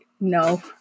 no